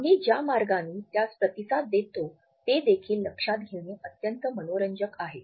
आम्ही ज्या मार्गांनी त्यास प्रतिसाद देतो ते देखील लक्षात घेणे अत्यंत मनोरंजक आहे